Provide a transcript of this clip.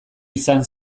izan